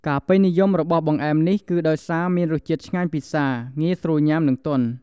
ការពេញនិយមរបស់បង្អែមនេះគឺដោយសារ មានរស់ជាតិឆ្ងាញ់ពិសា ងាយស្រួលញុាំ និងទន់ ។